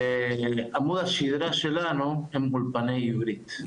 עמוד השדרה שלנו הם אולפני יהודית,